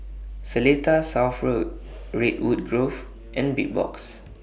Seletar South Road Redwood Grove and Big Box